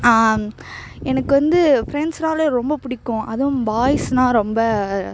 எனக்கு வந்து ஃப்ரெண்ட்ஸுனாலே ரொம்ப பிடிக்கும் அதுவும் பாய்ஸுனா ரொம்ப